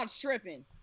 tripping